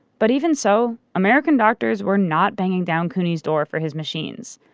but even so, american doctors were not banging down couney's door for his machines.